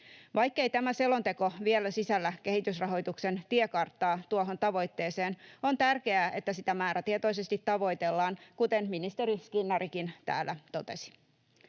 Vaikkei tämä selonteko vielä sisällä kehitysrahoituksen tiekarttaa tuohon tavoitteeseen, on tärkeää, että sitä määrätietoisesti tavoitellaan, kuten ministeri Skinnarikin täällä totesi.